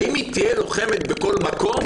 האם היא תהיה לוחמת בכל מקום?